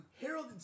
Harold